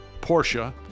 Porsche